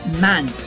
man